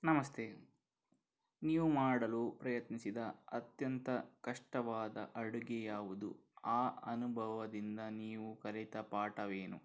ನಮಸ್ತೆ ನೀವು ಮಾಡಲು ಪ್ರಯತ್ನಿಸಿದ ಅತ್ಯಂತ ಕಷ್ಟವಾದ ಅಡುಗೆ ಯಾವುದು ಆ ಅನುಭವದಿಂದ ನೀವು ಕಲಿತ ಪಾಠವೇನು